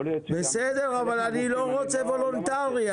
אבל אני לא רוצה וולונטרי.